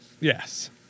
Yes